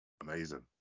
amazing